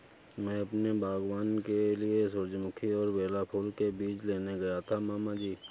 मैं अपने बागबान के लिए सूरजमुखी और बेला फूल के बीज लेने गया था मामा जी